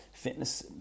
Fitness